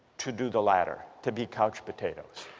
to do the latter, to be couch potatoes,